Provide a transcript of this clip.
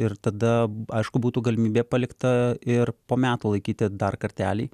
ir tada aišku būtų galimybė palikta ir po metų laikyti dar kartelį